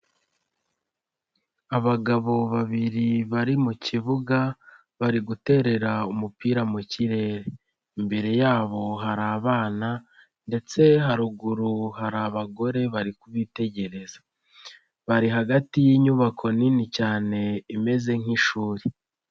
Abagabo babiri bari mu kibuga bari guterera umupira mu kirere, imbere yabo hari abana ndetse haruguru hari abagore bari kubitegereza, bari hagati y'inyubako nini cyane imeze nk'ishuri.